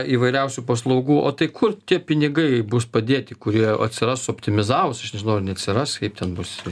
įvairiausių paslaugų o tai kur tie pinigai bus padėti kurie atsiras optimizavus aš nežinau ar neatsiras kaip ten bus